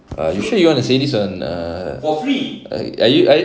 are you sure you want to say this on err are you